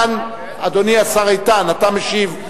אדוני השר איתן, אתה משיב?